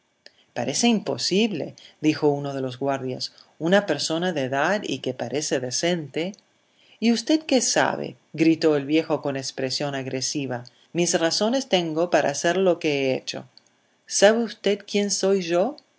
parece imposible dijo uno de los guardias una persona de edad y que parece decente y usted qué sabe gritó el viejo con expresión agresiva mis razones tengo para hacer lo que he hecho sabe usted quién soy yo